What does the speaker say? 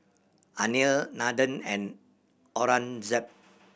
Anil Nandan and Aurangzeb